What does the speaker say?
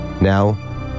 now